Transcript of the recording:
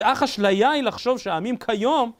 אך אשליה היא לחשוב שהעמים כיום...